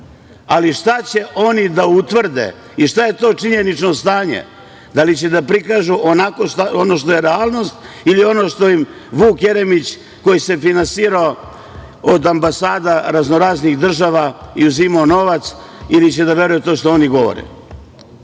ali šta će oni da utvrde i šta je to činjenično stanje, da li će da prikažu ono što je realnost ili ono što Vuk Jeremić, koji se finansirao od ambasada raznoraznih država i uzimao novac, ili će da veruju u to što oni govore? Naravno